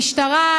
המשטרה,